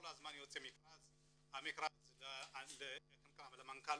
כל הזמן יוצא מכרז עבור מנכ"ל